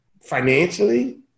financially